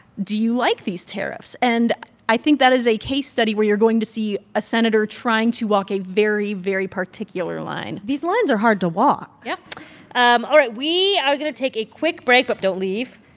do you like these tariffs? and i think that is a case study where you're going to see a senator trying to walk a very, very particular line these lines are hard to walk yeah um all right. we are going to take a quick break. but don't leave.